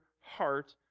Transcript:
heart